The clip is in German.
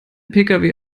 pkw